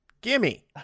Gimme